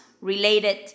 related